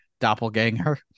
doppelganger